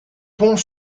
pont